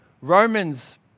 Romans